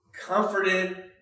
comforted